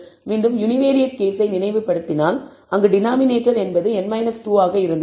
மீண்டும் யுனிவேரியேட் கேஸை நினைவு படுத்தினால் அங்கு டினாமினேட்டர் என்பது n 2 ஆக இருந்தது